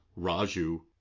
Raju